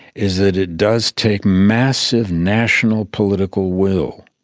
is that it does take massive national political will,